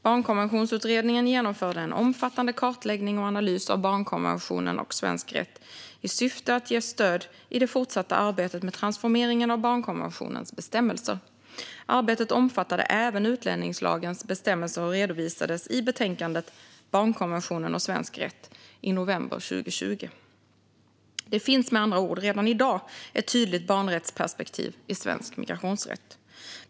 Barnkonventionsutredningen genomförde en omfattande kartläggning och analys av barnkonventionen och svensk rätt i syfte att ge stöd i det fortsatta arbetet med transformeringen av barnkonventionens bestämmelser. Arbetet omfattade även utlänningslagens bestämmelser och redovisades i betänkandet Barnkonventionen och svensk rätt i november 2020. Det finns med andra ord redan i dag ett tydligt barnrättsperspektiv i svensk migrationsrätt.